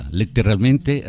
letteralmente